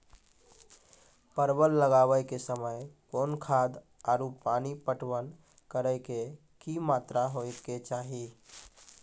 परवल लगाबै के समय कौन खाद आरु पानी पटवन करै के कि मात्रा होय केचाही?